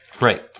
Right